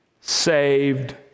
saved